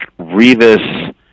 Revis